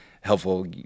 helpful